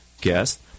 guest